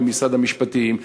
במשרד המשפטים,